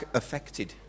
affected